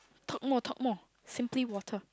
talk more talk more simply water